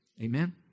Amen